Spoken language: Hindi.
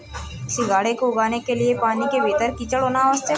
सिंघाड़े को उगाने के लिए पानी के भीतर कीचड़ होना आवश्यक है